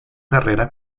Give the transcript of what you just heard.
carrera